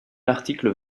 l’article